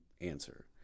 answer